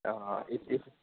اہاں